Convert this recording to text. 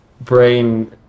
brain